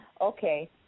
Okay